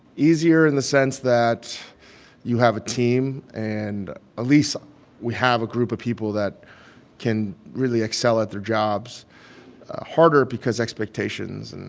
easier in the sense that you have a team, and at least we have a group of people that can really excel at their jobs harder because expectations. and.